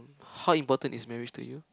how important is marriage to you